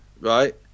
right